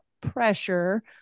pressure